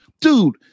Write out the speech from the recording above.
Dude